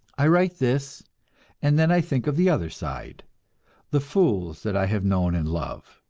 i write this and then i think of the other side the fools that i have known in love!